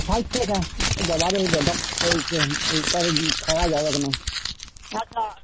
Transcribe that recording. ষাট টাকা ও বাবা রে যা দাম ধরা হয়েছে এ কারোরই খাওয়া যাবেক নাই আচ্ছা